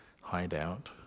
hideout